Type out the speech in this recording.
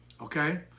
okay